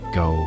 go